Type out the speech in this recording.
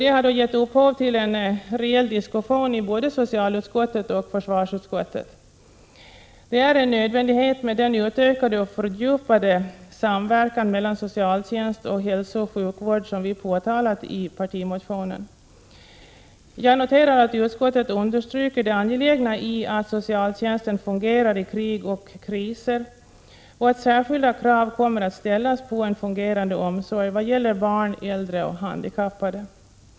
Det har gett upphov till en reell diskussion i både försvarsutskottet och socialutskottet. Den utökade och fördjupade samverkan mellan socialtjänst och hälsooch sjukvård som vi påtalat i partimotionen är en nödvändighet. Jag noterar att utskottet understryker det angelägna i att socialtjänsten fungerar i krig och kriser och att särskilda krav kommer att ställas på en fungerande omsorg vad gäller barn, äldre och handikappade.